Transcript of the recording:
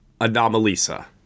Anomalisa